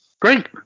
great